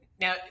Now